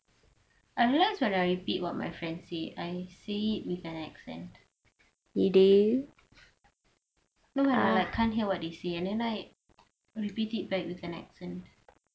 I realise when I repeat what my friend say I say it with an accent no it's like can't hear what they say and then I repeat it back with an accent